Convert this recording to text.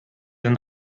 den